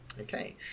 okay